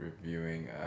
reviewing